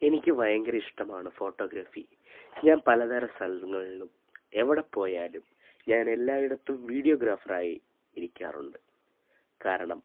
എനിക്ക് ഭയങ്കര ഇഷ്ടമാണ് ഫോട്ടോഗ്രാഫി ഞാൻ പലതരം സ്ഥലങ്ങളിലും എവിടെ പോയാലും ഞാനെല്ലായിടത്തും വീഡിയോഗ്രാഫറായി ഇരിക്കാറുണ്ട് കാരണം